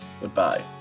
Goodbye